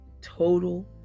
total